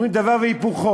אומרים דבר והיפוכו: